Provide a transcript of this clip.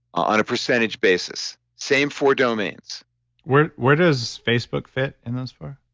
on a percentage basis, same four domains where where does facebook fit in those four?